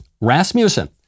Rasmussen